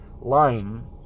lying